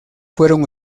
fueron